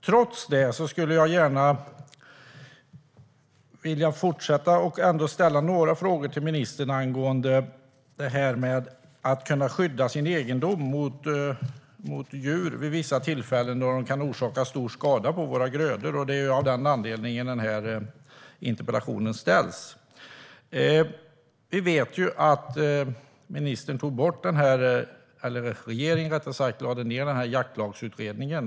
Trots detta skulle jag gärna vilja ställa några frågor till ministern angående att kunna skydda sin egendom mot djur vid vissa tillfällen då de kan orsaka stor skada på våra grödor. Det är av den anledningen den här interpellationen ställs. Vi vet att regeringen lade ned Jaktlagsutredningen.